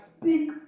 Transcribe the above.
speak